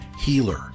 healer